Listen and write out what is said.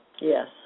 Yes